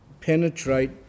penetrate